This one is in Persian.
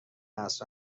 است